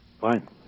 Fine